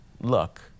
look